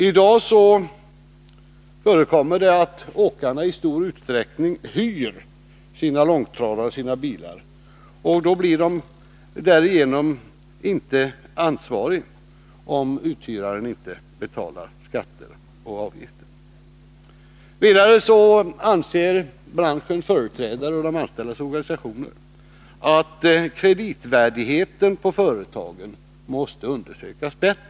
I dag förekommer det i stor utsträckning att åkarna hyr sina långtradare och andra bilar, och därigenom kan de inte ställas till ansvar, om uthyraren inte betalar skatter och andra avgifter. Branschens företrädare och de anställdas organisationer anför, för det fjärde, att företagens kreditvärdighet måste undersökas bättre.